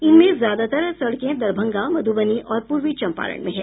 इनमें ज्यादातर सड़कें दरभंगा मधुबनी और पूर्वी चंपारण में हैं